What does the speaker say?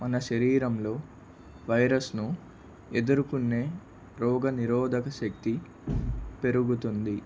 మన శరీరంలో వైరస్ను ఎదుర్కొనే రోగనిరోధక శక్తి పెరుగుతుంది